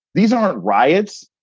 these aren't riots.